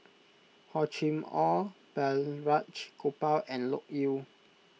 Hor Chim or Balraj Gopal and Loke Yew